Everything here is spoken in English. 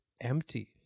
empty